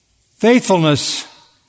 Faithfulness